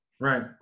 Right